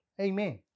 Amen